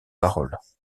paroles